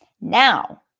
Now